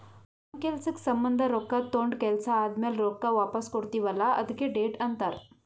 ಒಂದ್ ಕೆಲ್ಸಕ್ ಸಂಭಂದ ರೊಕ್ಕಾ ತೊಂಡ ಕೆಲ್ಸಾ ಆದಮ್ಯಾಲ ರೊಕ್ಕಾ ವಾಪಸ್ ಕೊಡ್ತೀವ್ ಅಲ್ಲಾ ಅದ್ಕೆ ಡೆಟ್ ಅಂತಾರ್